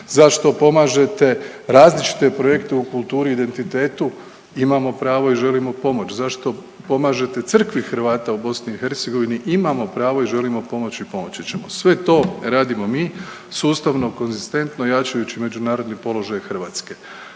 Zašto pomažete različite projekte u kulturi i identitetu, imamo pravo i želimo pomoć. Zašto pomažete crkvi Hrvata u BiH, imamo pravo i želimo pomoći i pomoći ćemo. Sve to radimo mi sustavno, konzistentno jačajući međunarodni položaj Hrvatske.